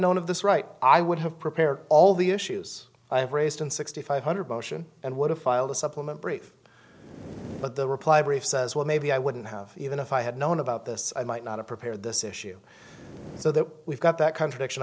known of this right i would have prepared all the issues i have raised in sixty five hundred motion and would have filed a supplement brief but the reply brief says well maybe i wouldn't have even if i had known about this i might not of prepared this issue so that we've got that contradiction